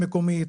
מה זאת אומרת?